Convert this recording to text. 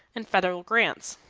and federal grants